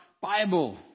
Bible